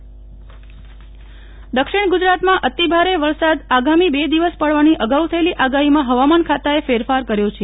નેહલ ઠક્કર વરસાદ દક્ષિણ ગુજરાતમાં અતિ ભારે વરસાદ આગામી બે દિવસ પડવાની અગાઉ થયેલી આગાહીમાં હવામાન ખાતાએ ફેરફાર કર્યો છે